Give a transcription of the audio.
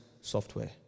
software